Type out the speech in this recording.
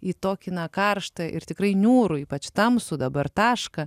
į tokį na karštą ir tikrai niūrų ypač tamsų dabar tašką